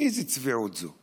איזה צביעות זו.